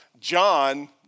John